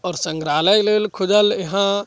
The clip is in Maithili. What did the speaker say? आओर संग्रहालय लेल खोजल इहाँ